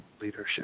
leadership